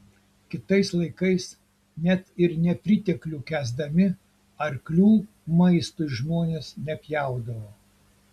kitais laikais net ir nepriteklių kęsdami arklių maistui žmonės nepjaudavo